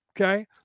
Okay